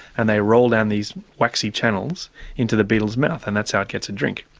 and they roll down these waxy channels into the beetle's mouth and that's how it gets a drink.